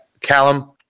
Callum